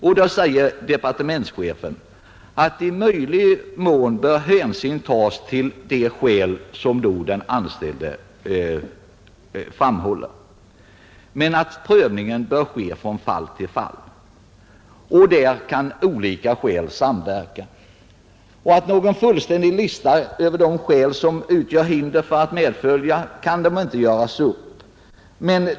Departementschefen framhåller på den punkten att i möjlig mån bör hänsyn tas till de skäl som den anställde anför, men prövningen bör ske från fall till fall. Därvidlag kan olika skäl samverka, och någon fullständig lista över de skäl som utgör hinder för att medfölja kan inte göras upp.